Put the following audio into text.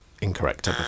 Incorrect